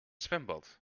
zwembad